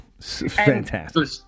fantastic